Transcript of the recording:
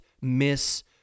miss